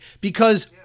because-